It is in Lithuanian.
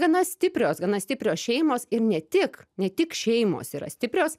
gana stiprios gana stiprios šeimos ir ne tik ne tik šeimos yra stiprios